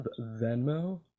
Venmo